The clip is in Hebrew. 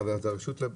זה סעיף סל.